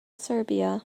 serbia